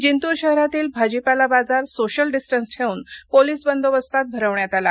जिंतूर शहरातील भाजीपाला बाजार सोशल डिस्टन्स ठेवून पोलीस बंदोबस्तात भरविण्यात आला